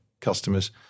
customers